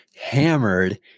hammered